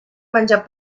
menjar